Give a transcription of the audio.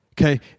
Okay